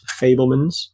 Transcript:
Fablemans